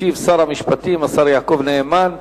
ישיב שר המשפטים, השר יעקב נאמן.